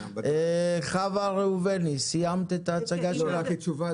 חוה ראובני, סיימת את הצגת הדברים?